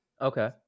Okay